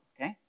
okay